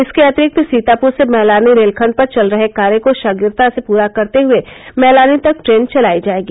इसके अतिरिक्त सीतापूर से मैलानी रेलखण्ड पर चल रहे कार्य को शीघ्रता से पूरा करते हुये मैलानी तक ट्रेन चलायी जायेगी